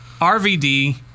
RVD